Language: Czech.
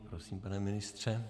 Prosím, pane ministře.